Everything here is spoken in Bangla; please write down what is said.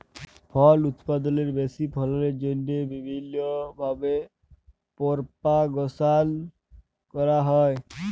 ফল উৎপাদলের বেশি ফললের জ্যনহে বিভিল্ল্য ভাবে পরপাগাশল ক্যরা হ্যয়